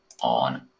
on